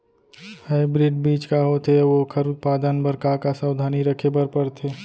Hybrid बीज का होथे अऊ ओखर उत्पादन बर का का सावधानी रखे बर परथे?